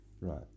Right